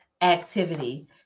activity